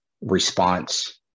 response